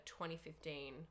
2015